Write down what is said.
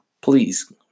please